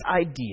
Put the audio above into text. idea